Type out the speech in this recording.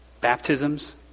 baptisms